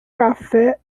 café